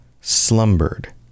slumbered